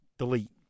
Delete